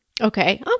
okay